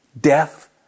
death